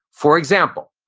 for example,